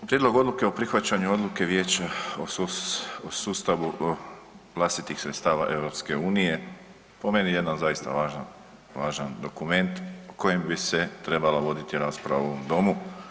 Prijedlog odluke o prihvaćanju Odluke Vijeća o sustavu vlastitih sredstava EU, po meni jedna zaista važna, važan dokument kojim bi se trebalo voditi rasprava u ovom Domu.